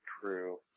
True